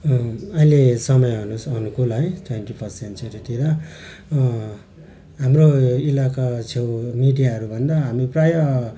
अहिले समयअनुसार अनुकूल है ट्वेन्टी पर्सेन्ट चाहिँ छेउतिर हाम्रो इलाकाछेउ मिडियाहरूभन्दा हामी प्रायः